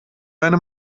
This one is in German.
deine